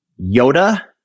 Yoda